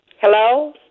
Hello